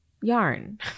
yarn